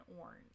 orange